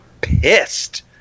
pissed